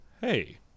hey